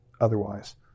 otherwise